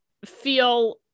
feel